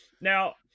Now